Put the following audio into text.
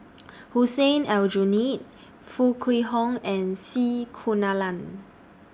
Hussein Aljunied Foo Kwee Horng and C Kunalan